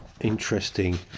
interesting